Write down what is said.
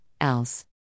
else